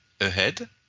ahead